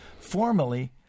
formally